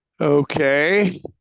Okay